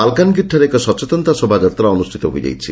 ମାଲକାନଗିରିଠାରେ ଏକ ସଚେତନତା ଶୋଭାଯାତ୍ରା ଅନୁଷ୍ଠିତ ହୋଇଯାଇଛି